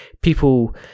people